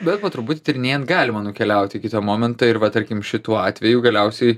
bet po truputį tyrinėjant galima nukeliauti iki to momento ir va tarkim šituo atveju galiausiai